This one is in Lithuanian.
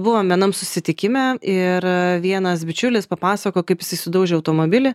buvom vienam susitikime ir vienas bičiulis papasakojo kaip jisai sudaužė automobilį